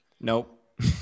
nope